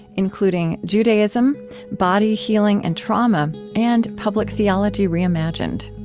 including judaism body, healing and trauma and public theology reimagined.